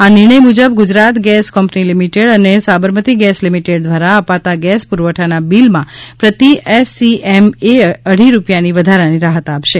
આ નિર્ણય મુજબ ગુજરાત ગેસ કંપની લીમીટેડ અને સાબરમતી ગેસ લીમીટેડ ધ્વારા અપાતા ગેસ પુરવઠાના બિલમાં પ્રતિ એસસીએમ એ અઢી રૂપિયાની વધારાની રાહત અપાશે